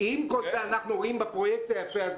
-- עם כל זה אנחנו רואים בכל הפרויקט היפה הזה